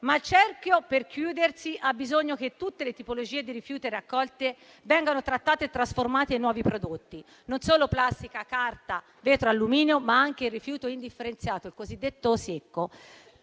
ma il cerchio per chiudersi ha bisogno che tutte le tipologie di rifiuti raccolte vengano trattate e trasformate in nuovi prodotti: non solo plastica, carta, vetro e alluminio, ma anche il rifiuto indifferenziato, il cosiddetto secco,